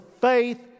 faith